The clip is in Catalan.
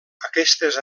aquestes